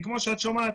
כי כמו שאת שומעת,